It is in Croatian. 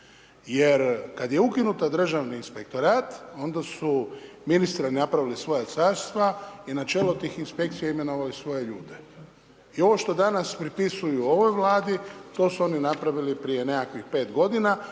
Jer kad je ukinut Državni inspektorat, onda su ministri napravili svoja carstva i na čelu tih inspekcija, imenovali svoje ljude. I ovo što danas pripisuju ovoj Vladi, to su oni napravili prije nekakvih 5 g. i